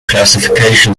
classification